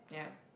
yeah